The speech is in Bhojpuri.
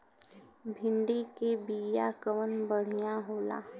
भिंडी के बिया कवन बढ़ियां होला?